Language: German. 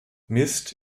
mist